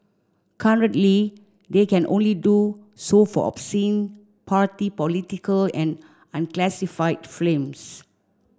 currently they can only do so for obscene party political and unclassified films